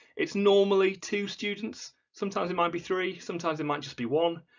it's normally two students, sometimes it might be three, sometimes it might just be one,